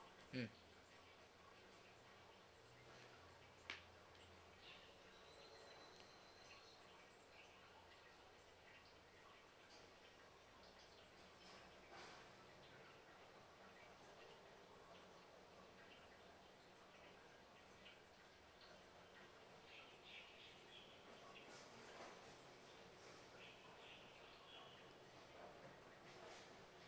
mm